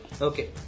Okay